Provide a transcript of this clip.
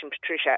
Patricia